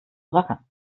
rackern